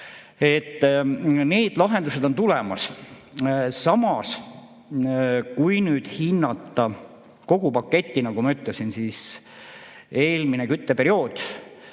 need lahendused on tulemas. Samas, kui nüüd hinnata kogu paketti, siis nagu ma ütlesin, eelmisel kütteperioodil